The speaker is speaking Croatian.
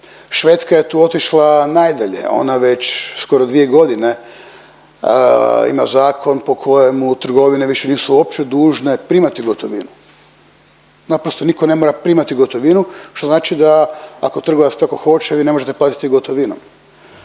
Švedska je tu otišla najdalje. Ona već skoro 2 godine ima zakon po kojem trgovine više nisu uopće dužne primati gotovinu, naprosto nitko ne mora primati gotovinu što znači da ako trgovac tako hoće vi ne možete platiti gotovinom,